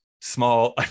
small